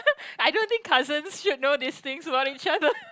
I don't think cousins should know these things about each other